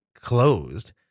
closed